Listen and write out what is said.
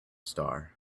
star